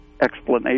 Explanation